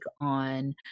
on